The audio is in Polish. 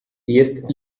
jest